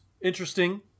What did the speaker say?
interesting